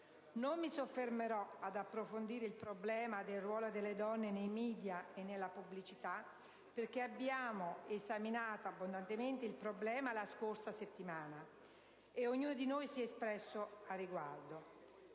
Non mi soffermerò ad approfondire il problema del ruolo delle donne nei *media* e nella pubblicità, perché lo abbiamo esaminato abbondantemente la scorsa settimana e ognuno di noi si è espresso al riguardo.